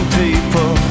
people